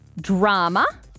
Drama